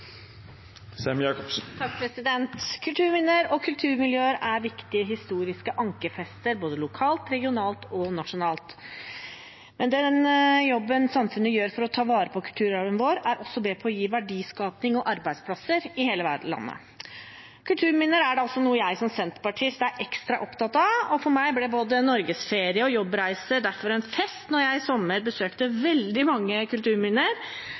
Kulturminner og kulturmiljøer er viktige historiske ankerfester både lokalt, regionalt og nasjonalt. Den jobben samfunnet gjør for å ta vare på kulturarven vår, er også med på å gi verdiskaping og arbeidsplasser i hele landet. Kulturminner er noe jeg som senterpartist er ekstra opptatt av. For meg ble både norgesferie og jobbreiser derfor en fest da jeg i sommer besøkte veldig mange kulturminner,